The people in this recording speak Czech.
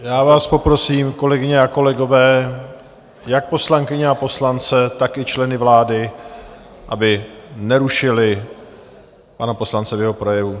Já vás poprosím, kolegyně a kolegové, jak poslankyně a poslance, tak i členy vlády, aby nerušili pana poslance v jeho projevu.